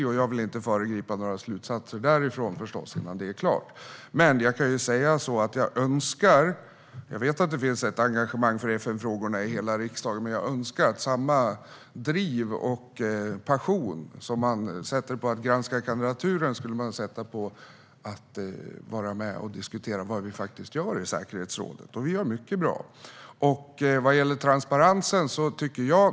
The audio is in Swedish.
Jag vill förstås inte föregripa några slutsatser därifrån innan det är klart. Jag vet att det finns ett engagemang för FN-frågorna i hela riksdagen. Men jag skulle önska att det var samma driv och passion som det är för att granska diktaturen när det gäller att vara med och diskutera vad vi gör i säkerhetsrådet, och vi gör mycket som är bra.